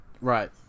Right